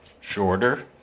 shorter